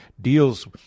deals